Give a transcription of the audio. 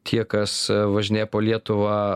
tie kas važinėja po lietuvą